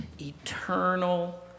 eternal